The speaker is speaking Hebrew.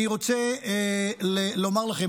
אני רוצה לומר לכם,